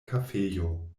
kafejo